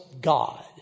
God